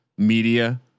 media